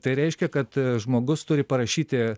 tai reiškia kad žmogus turi parašyti